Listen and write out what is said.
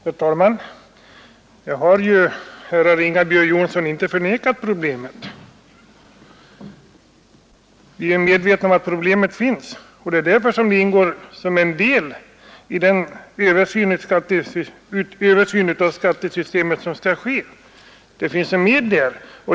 Herr talman! Vi har inte, herrar Ringaby och Jonsson i Mora, förnekat att problemet finns. Vi är medvetna om det, och det ingår också som en del i den översyn av skattesystemet som skall ske.